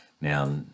Now